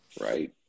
Right